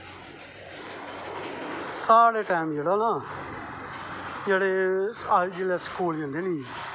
साढ़े टैम जेह्ड़ा नी जिसलै अस स्कूल जंदे हे नी